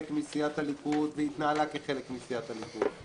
מסיעת הליכוד והיא התנהלה כחלק מסיעת הליכוד,